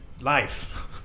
Life